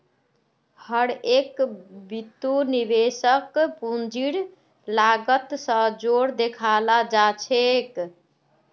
हर एक बितु निवेशकक पूंजीर लागत स जोर देखाला जा छेक